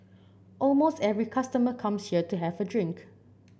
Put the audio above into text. almost every customer comes here to have a drink